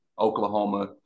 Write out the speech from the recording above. Oklahoma